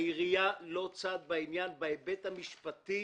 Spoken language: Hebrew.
העירייה לא צד בעניין בהיבט המשפטי.